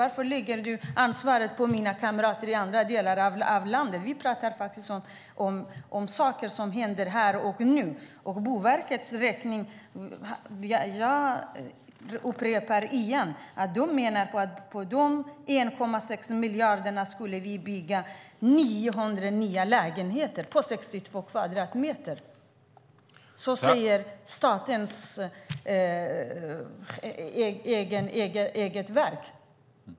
Varför lägger du ansvaret på mina partikamrater i andra delar av landet? Vi talar faktiskt om saker som händer här och nu. Jag upprepar att Boverket menar att vi för dessa 1,6 miljarder skulle kunna bygga 900 nya lägenheter om vardera 62 kvadratmeter. Så säger statens eget verk.